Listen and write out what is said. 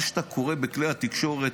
מה שאתה קורא בכלי התקשורת,